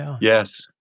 Yes